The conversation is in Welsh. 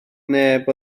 neb